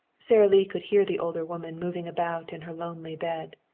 sara lee could hear the older woman moving about in her lonely bed,